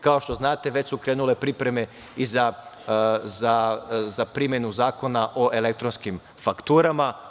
Kao što znate, već su krenule pripreme i za primenu Zakona o elektronskim fakturama.